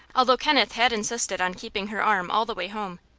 although kenneth had insisted on keeping her arm all the way home.